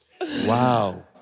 Wow